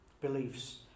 beliefs